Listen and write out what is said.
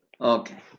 Okay